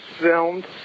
filmed